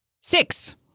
Six